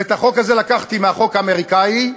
ואת החוק הזה לקחתי מהחוק האמריקני: